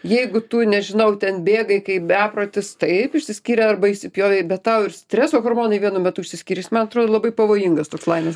jeigu tu nežinau ten bėgai kaip beprotis taip išsiskyrei arba įsipjovei be tau ir streso hormonai vienu metu išsiskyręs man atrodo labai pavojingas toks laimės